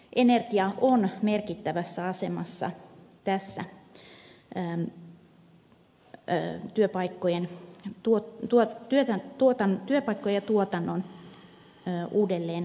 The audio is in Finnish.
energia on merkittävässä asemassa tässä työpaikkojen tuotannon uudelleenrakentamisessa